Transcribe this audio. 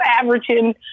averaging